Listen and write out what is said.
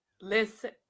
Listen